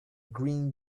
green